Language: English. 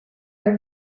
are